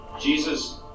Jesus